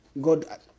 God